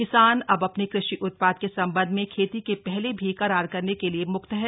किसान अब अपने कृषि उत्पाद के संबंध में खेती के पहले भी करार करने के लिए मुक्त है